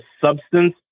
substance